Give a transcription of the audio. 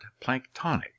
planktonic